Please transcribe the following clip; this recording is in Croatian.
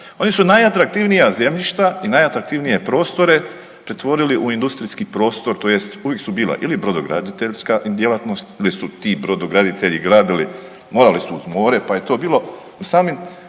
oni su najatraktivnija zemljišta i najatraktivnije prostore pretvorili u industrijski prostor, tj. uvijek su bila ili brodograditeljska djelatnost ili su ti brodograditelji gradili, morali su uz more pa je to bilo u samim